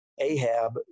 Ahab